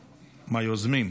מהיוזמים.